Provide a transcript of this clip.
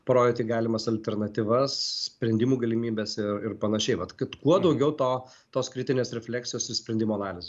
projekte galimas alternatyvas sprendimų galimybes ir panašiai vat kad kuo daugiau to tos kritinės refleksijos ir sprendimo analizė